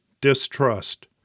distrust